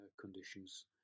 conditions